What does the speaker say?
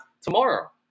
tomorrow